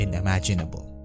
imaginable